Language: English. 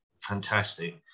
fantastic